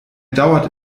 dauert